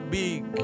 big